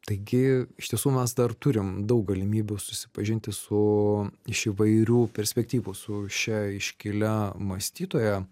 taigi iš tiesų mes dar turim daug galimybių susipažinti su iš įvairių perspektyvų su šia iškilia mąstytoja